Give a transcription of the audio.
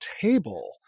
table